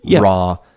raw